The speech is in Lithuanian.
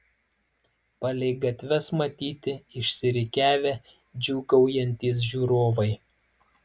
palei gatves matyti išsirikiavę džiūgaujantys žiūrovai